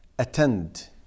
attend